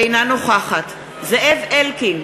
אינה נוכחת זאב אלקין,